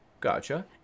Gotcha